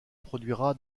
produira